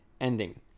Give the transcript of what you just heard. ending